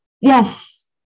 Yes